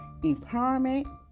empowerment